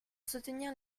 soutenir